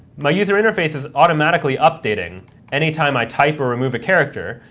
my user interface is automatically updating anytime i type or remove a character,